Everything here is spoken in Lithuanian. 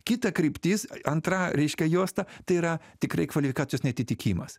kita kryptis antra reiškia juosta tai yra tikrai kvalifikacijos neatitikimas